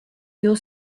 your